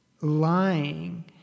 lying